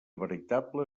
veritable